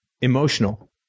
emotional